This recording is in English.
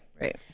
Right